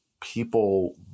people